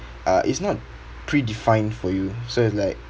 uh it's not predefined for you so it's like